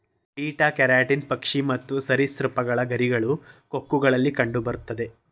beta keratin ಪಕ್ಷಿ ಮತ್ತು ಸರಿಸೃಪಗಳ ಗರಿಗಳು, ಕೊಕ್ಕುಗಳಲ್ಲಿ ಕಂಡುಬರುತ್ತೆ